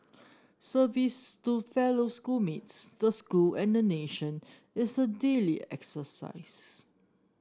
service to fellow school mates the school and the nation is a daily exercise